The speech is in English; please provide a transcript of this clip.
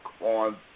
on